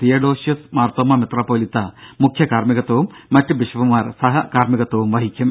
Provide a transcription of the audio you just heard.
Theodosius Marthoma മെത്രോപ്പൊലീത്ത മുഖ്യ കാർമ്മികത്വവും മറ്റ് ബിഷപ്പുമാർ സഹ കാർമ്മികത്വവും വഹിക്കും